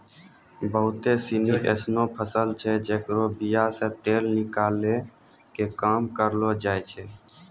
बहुते सिनी एसनो फसल छै जेकरो बीया से तेल निकालै के काम करलो जाय छै